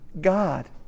God